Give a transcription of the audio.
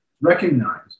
recognize